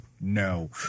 No